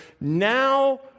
now